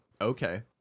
Okay